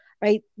right